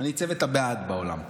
אני צוות הבעד בעולם.